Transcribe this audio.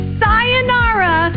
sayonara